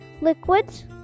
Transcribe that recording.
liquids